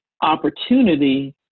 opportunity